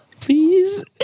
Please